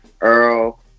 Earl